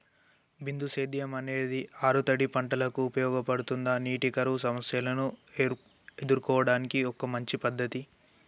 బిందు సేద్యం అనేది ఆరుతడి పంటలకు ఉపయోగపడుతుందా నీటి కరువు సమస్యను ఎదుర్కోవడానికి ఒక మంచి పద్ధతి?